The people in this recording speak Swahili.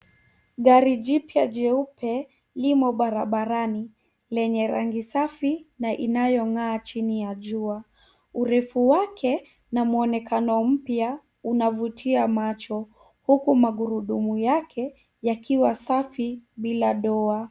Gari jipya jeupe limo barabarani, lenye rangi safi na inayong'aa chini ya jua. Urefu wake na mwonekano mpya unavutia macho, huku magurudumu yake yakiwa safi bila doa.